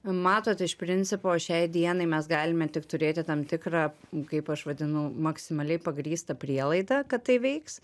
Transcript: matot iš principo šiai dienai mes galime tik turėti tam tikrą kaip aš vadinu maksimaliai pagrįstą prielaidą kad tai veiks